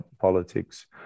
politics